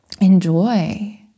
enjoy